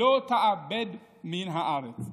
לא תאבד מן הארץ.